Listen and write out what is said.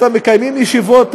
מקיימים ישיבות,